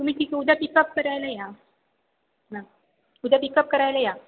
तुम्ही ठीक आहे उद्या पिकअप करायला या हां उद्या पिकअप करायला या